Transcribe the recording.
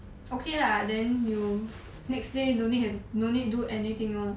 okay lah then you next day don't need have no need do anything lor